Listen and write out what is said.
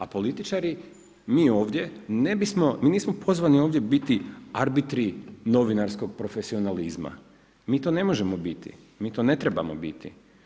A političari mi ovdje, mi nismo pozvani ovdje biti arbitri novinarskog profesionalizma, mi to ne možemo biti, mi to ne trebamo biti.